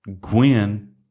Gwen